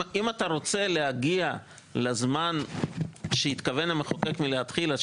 אם אתה רוצה להגיע לזמן שהתכוון המחוקק מלכתחילה.